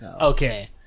Okay